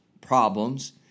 problems